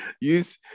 use